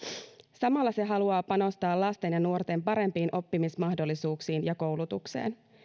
samalla se haluaa panostaa lasten ja nuorten parempiin oppimismahdollisuuksiin ja koulutukseen